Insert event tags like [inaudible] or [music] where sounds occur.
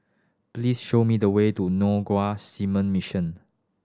please show me the way to [unintelligible] Seamen Mission